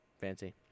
Fancy